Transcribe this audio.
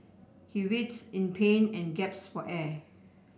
he writhed in pain and gasped for air